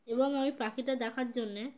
এবং আমই পাখিটা দেখার জন্যে